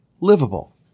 livable